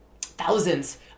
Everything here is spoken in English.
thousands